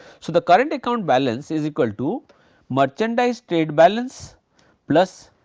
so, the current account balance is equal to merchandise trade balance plus